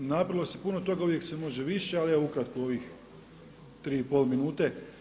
Nabilo se puno toga, uvijek se može više, ali ukratko u ovih 3,5 minute.